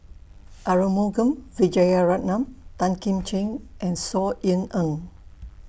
Arumugam Vijiaratnam Tan Kim Ching and Saw Ean Ang